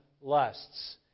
lusts